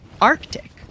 Arctic